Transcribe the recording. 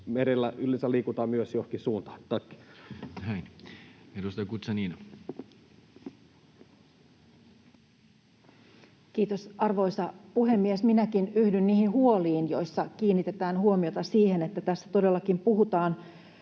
Ledamot Strand, mikrofon. Näin. — Edustaja Guzenina. Kiitos, arvoisa puhemies! Minäkin yhdyn niihin huoliin, joissa kiinnitetään huomiota siihen, että tässä todellakin puhutaan